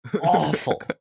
awful